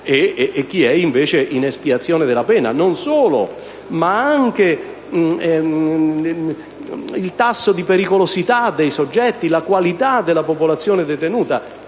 a chi è, invece, in espiazione della pena. E non solo: anche riguardo al tasso di pericolosità dei soggetti e alla qualità della popolazione detenuta,